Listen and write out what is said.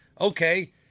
Okay